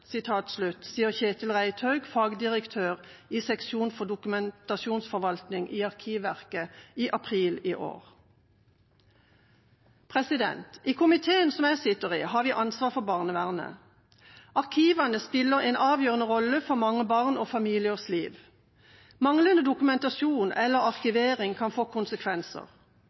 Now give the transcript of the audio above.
Komiteen som jeg sitter i, har ansvar for barnevernet. Arkivene spiller en avgjørende rolle for mange barns og familiers liv. Manglende dokumentasjon eller arkivering kan få konsekvenser.